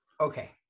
Okay